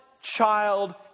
child